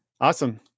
Awesome